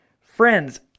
Friends